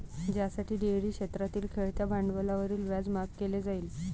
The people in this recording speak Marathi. ज्यासाठी डेअरी क्षेत्रातील खेळत्या भांडवलावरील व्याज माफ केले जाईल